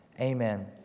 amen